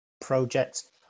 projects